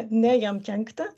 ne jam kenkti